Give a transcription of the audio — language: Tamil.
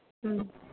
ம்